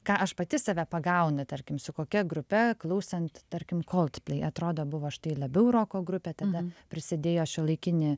ką aš pati save pagaunu tarkim su kokia grupe klausant tarkim coldplay atrodo buvo štai labiau roko grupė tada prisidėjo šiuolaikinį